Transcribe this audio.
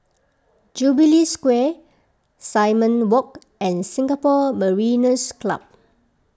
Jubilee Square Simon Walk and Singapore Mariners' Club